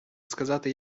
сказати